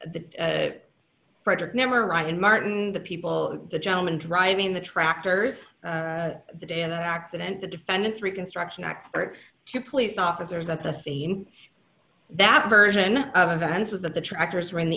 the frederick never right in martin the people the gentleman driving the tractors the day of the accident the defendant's reconstruction expert two police officers at the scene that version of events was that the tractors were in the